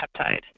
peptide